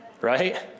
right